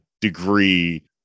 degree